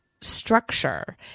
structure